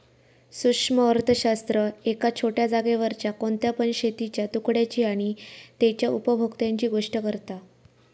सूक्ष्म अर्थशास्त्र एका छोट्या जागेवरच्या कोणत्या पण शेतीच्या तुकड्याची आणि तेच्या उपभोक्त्यांची गोष्ट करता